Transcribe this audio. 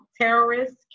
terrorists